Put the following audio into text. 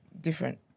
different